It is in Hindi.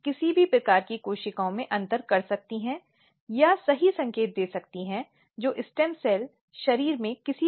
किसी भी प्रकार की चर्चा जो सत्य या झूठ के संबंध में की जानी है